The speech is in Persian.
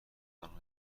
آنها